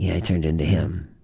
yeah i turned into him.